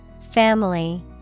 Family